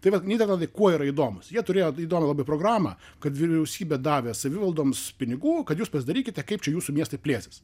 tai vat nyderlandai kuo yra įdomūs jie turėjo įdomią labai programą kad vyriausybė davė savivaldoms pinigų kad jūs pasidarykite kaip čia jūsų miestai plėsis